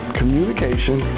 communication